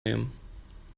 nehmen